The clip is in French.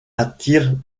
attirent